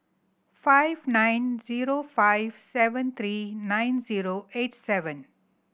five nine zero five seven three nine zero eight seven